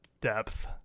depth